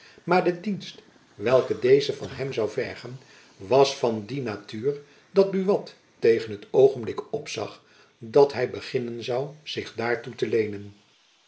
maar de dienst welke deze van hem zoû vergen was van die natuur dat buat tegen het oogenblik opzag dat hy beginnen zoû zich daartoe te leenen